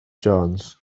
jones